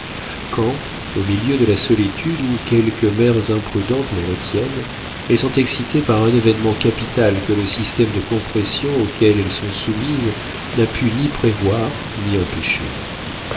quand au milieu de la solitude où quelques mères imprudentes les retiennent elles sont excitées par un événement capital que le système de compression auquel elles sont soumises n'a pu ni prévoir ni empêcher